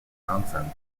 nonsense